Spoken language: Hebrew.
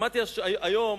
שמעתי היום